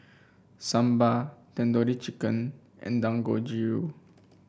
Sambar Tandoori Chicken and Dangojiru